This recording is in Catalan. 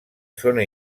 zona